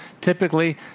typically